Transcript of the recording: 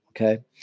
Okay